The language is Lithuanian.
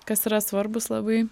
kas yra svarbūs labai